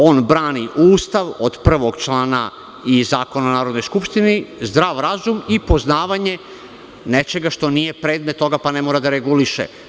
On brani Ustav od prvog člana i Zakona o Narodnoj Skupštini, zdrav razum i poznavanje nečega što nije predmet toga pa ne mora da reguliše.